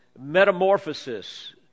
metamorphosis